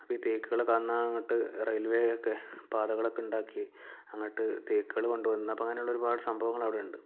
അപ്പം ഈ തേക്കുകള് വന്ന അങ്ങോട്ട് റെയിൽവേയൊക്കെ പാതകളൊക്കെ ഉണ്ടാക്കി അങ്ങോട്ട് തേക്ക്കള് കൊണ്ടുവന്ന് അപ്പം അങ്ങനെയുള്ള ഒരുപാട് സംഭവങ്ങൾ അവിടെ ഉണ്ട്